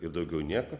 ir daugiau nieko